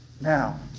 now